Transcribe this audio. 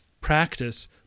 practice